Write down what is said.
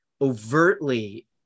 overtly